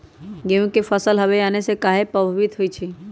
गेंहू के फसल हव आने से काहे पभवित होई छई?